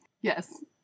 Yes